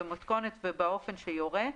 במתכונת ובאופן שיורה,